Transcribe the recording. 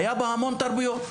היו בה המון תרבויות,